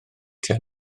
tua